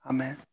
Amen